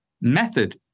method